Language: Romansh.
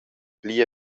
pli